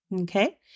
Okay